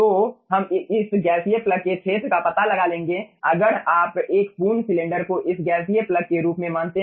तो हम इस गैसीय प्लग के क्षेत्र का पता लगा लेंगे अगर आप एक पूर्ण सिलेंडर को इस गैसीय प्लग के रूप में मानते हैं